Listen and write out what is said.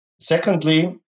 Secondly